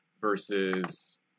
versus